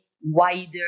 wider